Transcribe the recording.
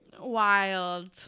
Wild